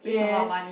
yes